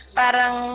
parang